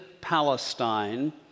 Palestine